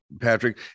Patrick